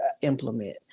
implement